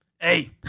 Hey